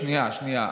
שנייה, שנייה.